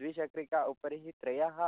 द्विचक्रिकायाः उपरिः त्रयः